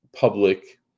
public